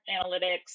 Analytics